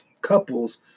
couples